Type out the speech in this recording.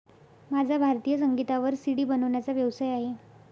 माझा भारतीय संगीतावर सी.डी बनवण्याचा व्यवसाय आहे